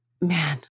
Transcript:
man